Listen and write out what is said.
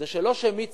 שזה שלא שמי